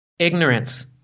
Ignorance